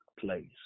place